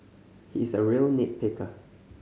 he is a real nit picker